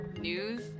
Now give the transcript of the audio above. news